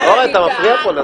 אורן, אתה מפריע לשיחה פה.